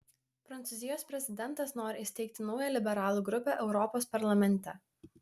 prancūzijos prezidentas nori įsteigti naują liberalų grupę europos parlamente